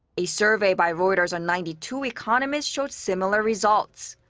a survey by reuters on ninety two economists showed similar results.